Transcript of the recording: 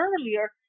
earlier